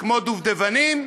כמו דובדבנים,